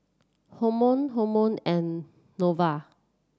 Hormel Hormel and Nova